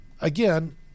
again